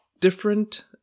different